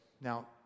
now